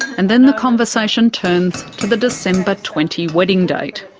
and then the conversation turns to the december twenty wedding date.